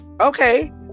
okay